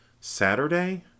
Saturday